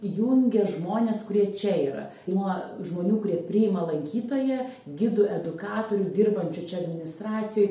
jungia žmones kurie čia yra nuo žmonių kurie priima lankytoją gidų edukatorių dirbančių administracijoj